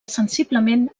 sensiblement